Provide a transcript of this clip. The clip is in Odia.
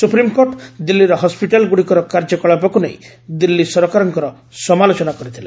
ସୁପ୍ରିମ୍କୋର୍ଟ୍ ଦିଲ୍ଲୀର ହସ୍କିଟାଲ୍ଗୁଡ଼ିକର କାର୍ଯ୍ୟକଳାପକୁ ନେଇ ଦିଲ୍ଲୀ ସରକାରଙ୍କର ସମାଲୋଚନା କରିଥିଲେ